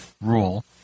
rule